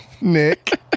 Nick